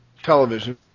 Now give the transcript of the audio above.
television